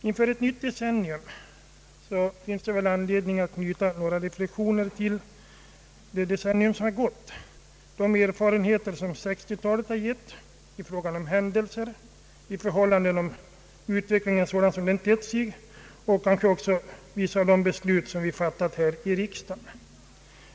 Inför ett nytt decennium finns det väl anledning att göra några reflexioner med anledning av det årtionde som har gått och de erfarenheter som 1960-talet har gett oss i fråga om händelser och mot bakgrunden av den utveckling som har ägt rum och kanske också de beslut vi har fattat här i riksdagen.